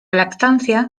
lactancia